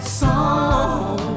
song